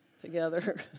together